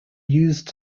used